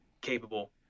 capable